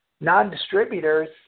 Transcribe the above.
non-distributors